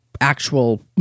actual